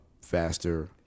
faster